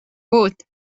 būt